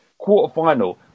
quarterfinal